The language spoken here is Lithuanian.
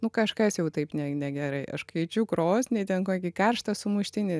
nu kažkas jau taip ne negerai aš kviečiu krosnį ten kokį karštą sumuštinį